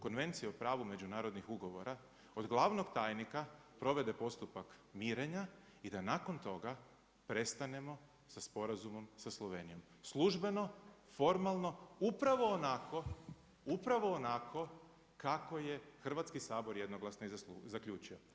Konvencije o pravu međunarodnih ugovora od glavnog tajnika provede postupak mirenja i da nakon toga prestanemo sa sporazumom sa Slovenijom službeno, formalno upravo onako kako je hrvatski Sabor jednoglasno i zaključio.